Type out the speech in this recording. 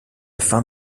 fin